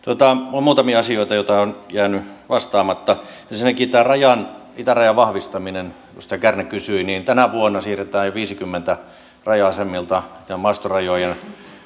on muutamia asioita joihin on jäänyt vastaamatta ensinnäkin tämä itärajan vahvistaminen kun sitä kärnä kysyi tänä vuonna siirretään jo viideltäkymmeneltä raja asemilta maastorajojen